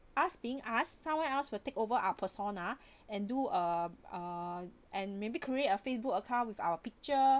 us being us somewhere else will take over our persona and do uh uh and maybe create a facebook account with our picture